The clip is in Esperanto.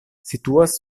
situas